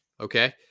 okay